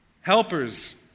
Helpers